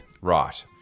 Right